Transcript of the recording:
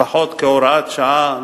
לפחות כהוראת שעה,